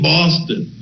Boston